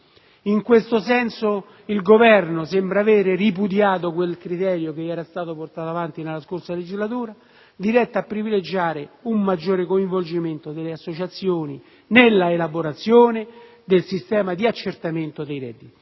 In tal senso, il Governo sembra avere ripudiato quel criterio che era stato adottato nella precedente legislatura, diretto a privilegiare un maggiore coinvolgimento delle associazioni di categoria nell'elaborazione del sistema di accertamento dei redditi.